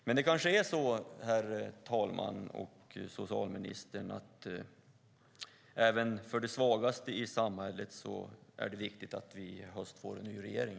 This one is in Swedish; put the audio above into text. Men det kanske är så, socialministern, att även för de svagaste i samhället är det viktigt att vi i höst får en ny regering.